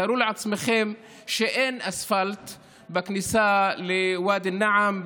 תארו לעצמכם שאין אספלט בכניסה לוואדי א-נעם,